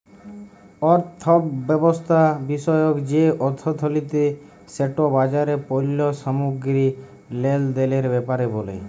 অথ্থব্যবস্থা বিষয়ক যে অথ্থলিতি সেট বাজারে পল্য সামগ্গিরি লেলদেলের ব্যাপারে ব্যলে